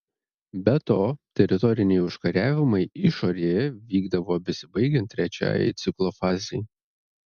be to teritoriniai užkariavimai išorėje vykdavo besibaigiant trečiajai ciklo fazei